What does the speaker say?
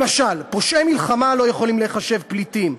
למשל פושעי מלחמה לא יכולים להיחשב פליטים.